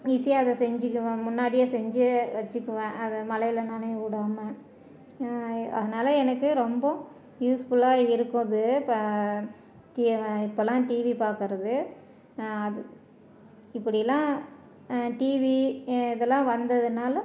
ஈஸியாக அதை செஞ்சுக்குவேன் முன்னாடியே செஞ்சு வச்சுக்குவேன் அதை மழையில நனைய விடாம அதனால் எனக்கு ரொம்ப யூஸ்ஃபுல்லாக இருக்குது இப்போ கி இப்போலாம் டிவி பார்க்கறது அது இப்படிலாம் டிவி இதெல்லாம் வந்ததுனால்